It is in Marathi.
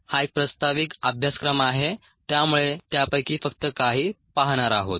हा एक प्रास्ताविक अभ्यासक्रम आहे त्यामुळे त्यापैकी फक्त काही पाहणार आहोत